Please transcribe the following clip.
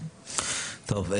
טוב.